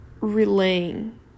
relaying